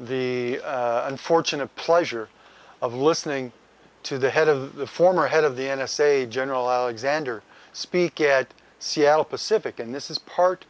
the unfortunate pleasure of listening to the head of the former head of the n s a general alexander speak at seattle pacific and this is part